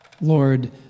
Lord